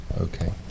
okay